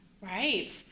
Right